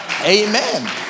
Amen